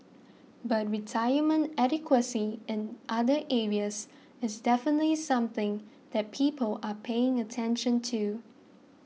but retirement adequacy in other areas is definitely something that people are paying attention to